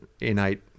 innate